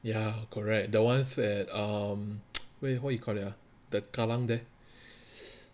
ya correct the ones at um what you call it ah the kallang there